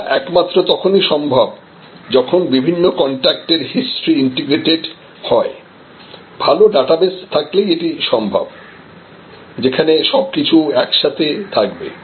এটি একমাত্র তখনই সম্ভব যখন বিভিন্ন কন্টাক্ট এর হিস্টরি ইন্টিগ্রেটেড হয় ভালো ডেটাবেস থাকলেই এটা সম্ভব যেখানে সব কিছু একসাথে থাকবে